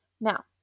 Now